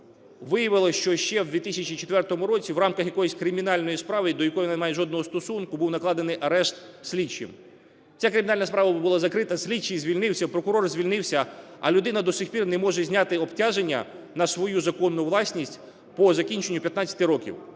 виявилось, що ще в 2004 році в рамках якоїсь кримінальної справи, до якої вона не має жодного стосунку, був накладений арешт слідчим. Ця кримінальна справа була закрита, слідчий звільнився, прокурор звільнився, а людина до сих пір не може зняти обтяження на свою законну власність по закінченню 15 років